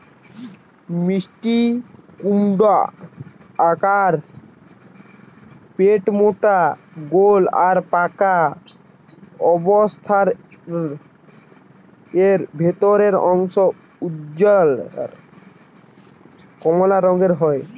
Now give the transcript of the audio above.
মিষ্টিকুমড়োর আকার পেটমোটা গোল আর পাকা অবস্থারে এর ভিতরের অংশ উজ্জ্বল কমলা রঙের হয়